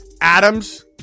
Adams